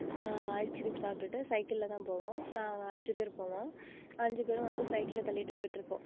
ice cream சாப்பிட்டுட்டு சைக்கிள்ல தான் போவோம் நாங்கள் அஞ்சுப்பேர் போவோம் அஞ்சுப்பேரும் வந்து சைக்கிளை தள்ளிட்டு போய்ட்ருப்போம்